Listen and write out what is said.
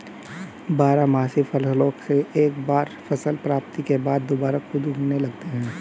बारहमासी फसलों से एक बार फसल प्राप्ति के बाद दुबारा खुद उगने लगते हैं